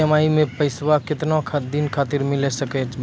EMI मैं पैसवा केतना दिन खातिर मिल सके ला?